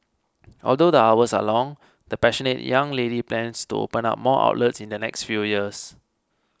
although the hours are long the passionate young lady plans to open up more outlets in the next few years